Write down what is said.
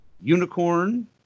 Unicorn